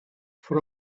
for